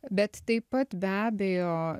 bet taip pat be abejo